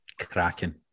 Cracking